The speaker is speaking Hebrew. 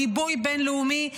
גיבוי בין-לאומי,